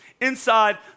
inside